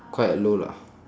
quite low lah